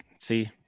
see